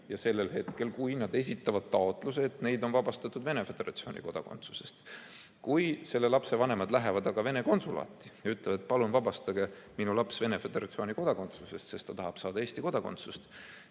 sellel hetkel, kui nad esitavad taotluse ja tõendi, et neid on vabastatud Venemaa kodakondsusest. Kui selle lapse vanemad lähevad Vene konsulaati ja ütlevad, et palun vabastage minu laps Venemaa Föderatsiooni kodakondsusest, sest ta tahab saada Eesti kodakondsust,